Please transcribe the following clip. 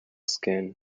skin